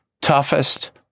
toughest